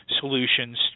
solutions